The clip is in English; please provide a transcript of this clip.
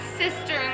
sister